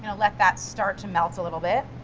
and let that start to melt a little bit.